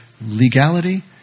legality